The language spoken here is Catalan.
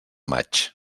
maig